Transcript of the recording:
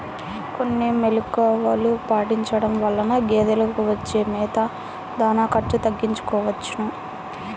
కొన్ని మెలుకువలు పాటించడం వలన గేదెలకు ఇచ్చే మేత, దాణా ఖర్చు తగ్గించుకోవచ్చును